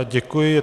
Děkuji.